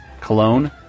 Cologne